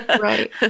Right